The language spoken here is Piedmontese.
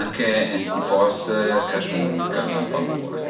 anche ënt i post ch'a sun ch'al an pancura